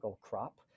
crop